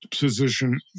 position